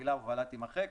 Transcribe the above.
המילה "הובלה" תימחק,